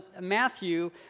Matthew